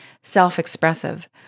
self-expressive